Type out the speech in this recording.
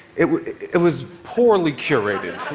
it it was poorly curated,